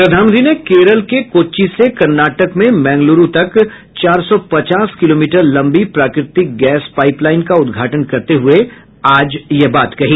प्रधानमंत्री ने केरल के कोच्चि से कर्नाटक में मंगलूरु तक चार सौ पचास किलोमीटर लंबी प्राकृतिक गैस पाइपलाइन का उद्घाटन करते हुए आज यह बात कही